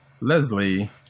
Leslie